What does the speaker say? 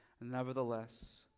Nevertheless